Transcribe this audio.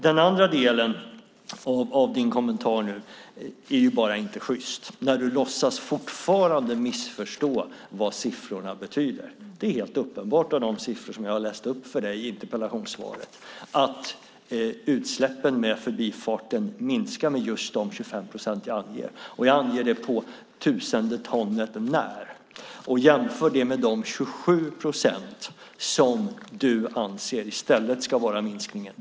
Den andra delen av din kommentar är bara inte sjyst när du fortfarande låtsas missförstå vad siffrorna betyder. Det är helt uppenbart av de siffror som jag har läst upp för dig i interpellationssvaret att med förbifarten minskar utsläppen med just de 25 procent som jag anger, och jag anger det på tusende ton när. Jämför det med de 27 procent som du anser i stället ska vara minskningen!